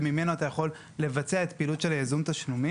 שממנו אתה יכול לבצע את הפעילות של ייזום התשלומים.